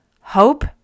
Hope